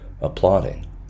applauding